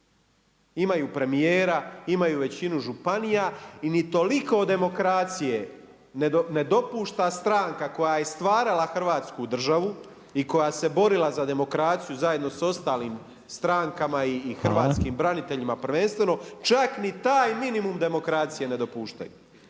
imaju premijera, imaju većinu županija ni toliko demokracije ne dopušta stranka koja je stvarala Hrvatsku državu i koja se borali za demokraciju zajedno sa ostalim strankama i hrvatskim braniteljima prvenstveno čak ni taj minimum demokracije ne dopuštaju.